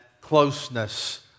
closeness